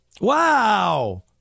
Wow